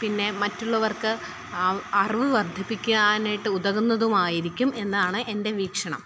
പിന്നെ മറ്റുള്ളവര്ക്ക് അറിവ് വര്ദ്ധിപ്പിക്കാനായിട്ട് ഉതകുന്നതും ആയിരിക്കും എന്നാണ് എന്റെ വീക്ഷണം